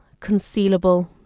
concealable